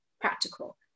practical